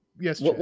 yes